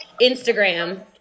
Instagram